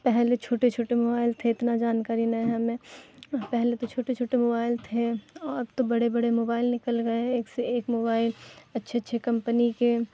پہلے چھوٹے چھوٹے موبائل تھے اتنا جانکاری نہیں ہے ہمیں پہلے تو چھوٹے چھوٹے موبائل تھے اب تو بڑے بڑے موبائل نکل گئے ہیں ایک سے ایک موبائل اچھے اچھے کمپنی کے